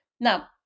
Now